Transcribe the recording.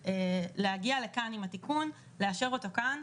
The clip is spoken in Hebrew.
להגיע לכאן עם התיקון ולאשר אותו כאן,